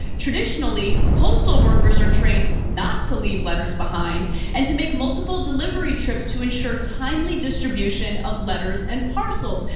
traditionally, postal workers are trained not to leave letters behind and to make multiple delivery trips to ensure timely distribution of letters and parcels.